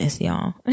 y'all